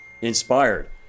inspired